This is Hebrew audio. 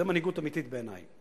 זה מנהיגות אמיתית בעיני.